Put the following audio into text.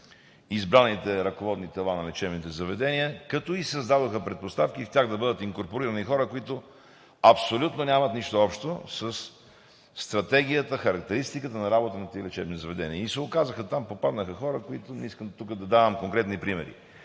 избраните ръководни тела на лечебните заведения, като създадоха предпоставки в тях да бъдат инкорпорирани хора, които нямат абсолютно нищо общо със стратегията, характеристиката на работата на тези лечебни заведения. Оказаха се там, попаднаха хора, които – не искам тук да давам конкретни примери.